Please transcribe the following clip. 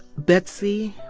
betsey,